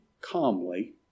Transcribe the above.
calmly